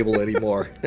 anymore